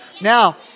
Now